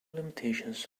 limitations